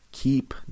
keep